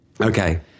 Okay